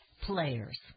players